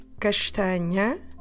castanha